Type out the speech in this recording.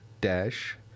dash